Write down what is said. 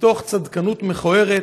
מתוך צדקנות, מכוערת